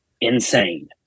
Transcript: insane